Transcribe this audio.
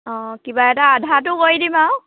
অঁ কিবা এটা আধাটো কৰি দিম আৰু